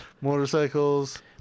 Motorcycles